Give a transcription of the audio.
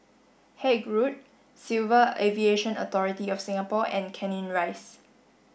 Haig Road Civil Aviation Authority of Singapore and Canning Rise